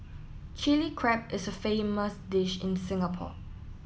Chilli Crab is a famous dish in Singapore